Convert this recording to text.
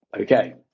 okay